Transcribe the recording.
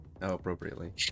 appropriately